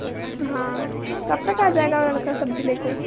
हाँ कब तक आ जाएगा लड़का सब्ज़ी लेके